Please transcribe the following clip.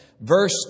Verse